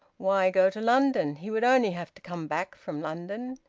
why go to london? he would only have to come back from london!